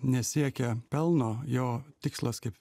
nesiekia pelno jo tikslas kaip